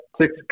six